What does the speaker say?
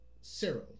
Cyril